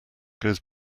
goes